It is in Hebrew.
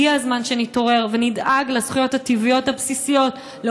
הגיע הזמן שנתעורר ונדאג לזכויות הטבעיות הבסיסיות של